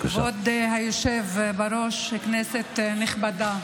כבוד היושב בראש, כנסת נכבדה,